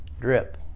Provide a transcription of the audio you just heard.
drip